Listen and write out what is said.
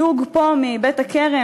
הזמן על חשבוני בינתיים.